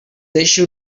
deixa